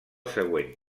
següent